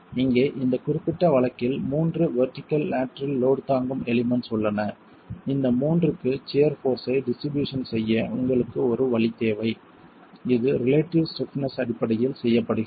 இங்கே இந்த குறிப்பிட்ட வழக்கில் 3 வெர்டிகள் லேட்டரல் லோட் தாங்கும் எலிமெண்ட்ஸ் உள்ளன இந்த 3 க்கு சியர் போர்ஸ் ஐ டிஸ்ட்ரிபியூஷன் செய்ய உங்களுக்கு ஒரு வழி தேவை இது ரிலேட்டிவ் ஸ்டிப்னஸ் அடிப்படையில் செய்யப்படுகிறது